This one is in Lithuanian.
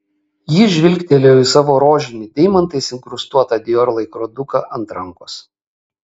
ji žvilgtelėjo į savo rožinį deimantais inkrustuotą dior laikroduką ant rankos